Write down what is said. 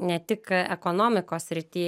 ne tik ekonomikos srity